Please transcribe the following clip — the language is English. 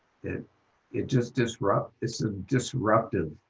it it just disrupts it's a disruptive.